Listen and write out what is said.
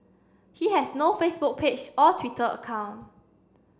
he has no Facebook page or Twitter account